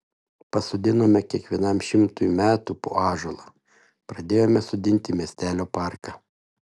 pasodinome kiekvienam šimtui metų po ąžuolą pradėjome sodinti miestelio parką